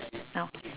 now